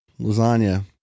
lasagna